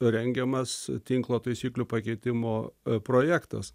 rengiamas tinklo taisyklių pakeitimo projektas